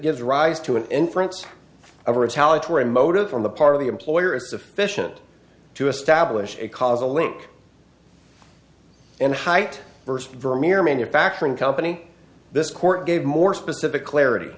gives rise to an inference of retaliatory motive on the part of the employer is sufficient to establish a causal link and hite first vermeer manufacturing company this court gave more specific clarity